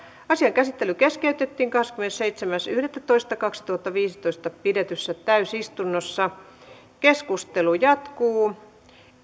asian käsittely keskeytettiin kahdeskymmenesseitsemäs yhdettätoista kaksituhattaviisitoista pidetyssä täysistunnossa keskustelu jatkuu